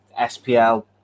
SPL